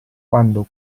quando